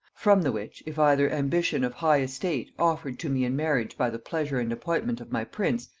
from the which, if either ambition of high estate, offered to me in marriage by the pleasure and appointment of my prince,